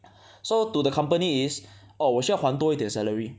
so to the company is orh 我需要还多一点 salary